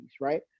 right